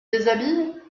déshabille